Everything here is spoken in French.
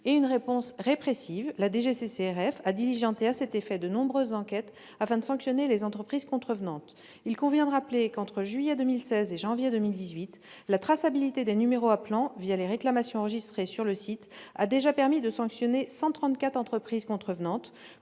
; une réponse répressive, ensuite- la DGCCRF a diligenté à cet effet de nombreuses enquêtes, afin de sanctionner les entreprises contrevenantes. Il convient de rappeler que, entre juillet 2016 et janvier 2018, la traçabilité des numéros appelants les réclamations enregistrées sur le site a déjà permis de sanctionner 134 entreprises contrevenantes,